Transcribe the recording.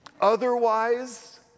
Otherwise